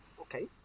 Okay